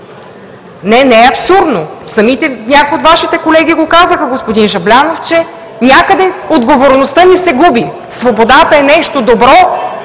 Не е абсурдно! Някои от Вашите колеги го казаха, господин Жаблянов, че някъде отговорността ни се губи. Свободата е нещо добро,